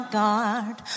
guard